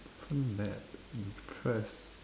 wasn't mad impressed